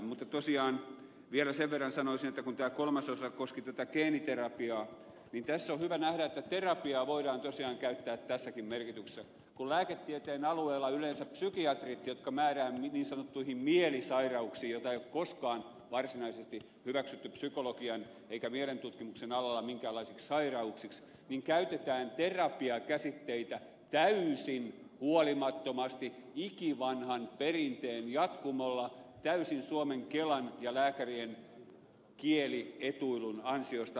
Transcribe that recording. mutta tosiaan vielä sen verran sanoisin että kun tämä kolmas osa koski tätä geeniterapiaa niin tässä on hyvä nähdä että terapiaa voidaan tosiaan käyttää tässäkin merkityksessä kun lääketieteen alueella yleensä psykiatrit jotka määräävät niin sanottuihin mielisairauksiin joita ei koskaan ole varsinaisesti hyväksytty psykologian eikä mielentutkimuksen alalla minkäänlaiseksi sairaudeksi käyttävät terapia käsitteitä täysin huolimattomasti ikivanhan perinteen jatkumolla täysin suomen kelan ja lääkärien kielietuilun ansiosta väärin